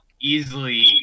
easily